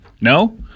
No